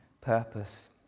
purpose